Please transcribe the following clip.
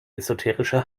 esoterische